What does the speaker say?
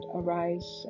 arise